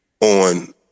on